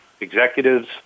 executives